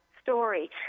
Story